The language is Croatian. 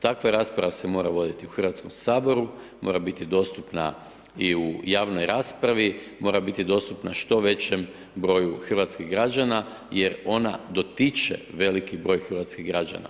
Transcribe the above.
Takva rasprava se mora voditi u HS, mora biti dostupna i u javnoj raspravi, mora biti dostupna što većem broju hrvatskih građana jer ona dotiče veliki broj hrvatskih građana.